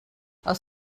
els